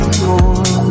more